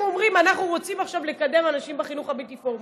אנחנו אומרים: אנחנו רוצים עכשיו לקדם אנשים בחינוך הבלתי-פורמלי,